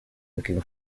looking